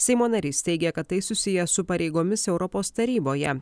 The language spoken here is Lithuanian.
seimo narys teigia kad tai susiję su pareigomis europos taryboje